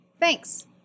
Thanks